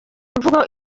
mvugo